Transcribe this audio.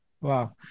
Wow